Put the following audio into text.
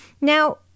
Now